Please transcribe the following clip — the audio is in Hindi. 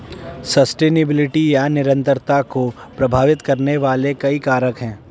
सस्टेनेबिलिटी या निरंतरता को प्रभावित करने वाले कई कारक हैं